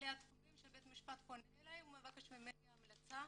אלה התחומים שבית המשפט פונה אליי ומבקש ממני המלצה